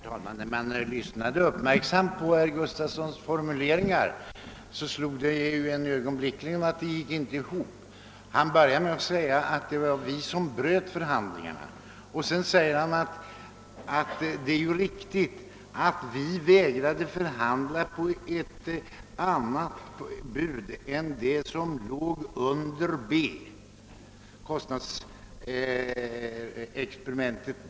Herr talman! Jag lyssnade uppmärksamt på herr Gustafsson i Uddevalla och kan ögonblickligen konstatera att det han sade går inte ihop. Han började med att hävda att det var vi som bröt förhandlingarna, men sedan förklarade han att det är riktigt att socialdemokraterna inte ville förhandla på ett annat bud än det som låg under kostnadsalternativ B.